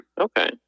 Okay